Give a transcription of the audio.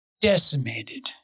decimated